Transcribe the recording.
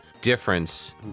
difference